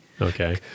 Okay